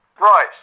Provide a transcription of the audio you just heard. Right